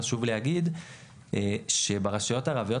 חשוב להגיד שברשויות הערביות,